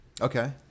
Okay